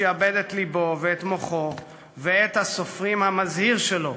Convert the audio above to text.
הוא שעבד את לבו ואת מוחו ואת עט הסופרים המזהיר שלו